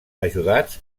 ajudats